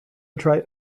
try